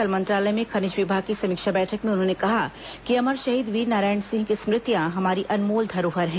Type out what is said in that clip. कल मंत्रालय में खनिज विभाग की समीक्षा बैठक में उन्होंने कहा कि अमर शहीद वीरनारायण सिंह की स्मृतियां हमारी अनमोल धरोहर है